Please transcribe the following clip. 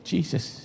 Jesus